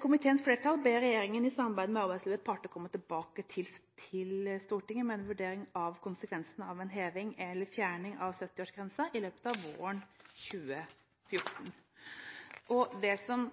Komiteens flertall ber regjeringen i samarbeid med arbeidslivets parter om å komme tilbake til Stortinget med en vurdering av konsekvensene av en heving eller fjerning av 70-årsgrensen i løpet av våren 2014. Det som